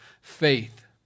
faith